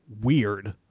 weird